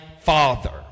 father